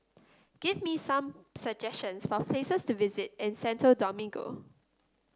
give me some suggestions for places to visit in Santo Domingo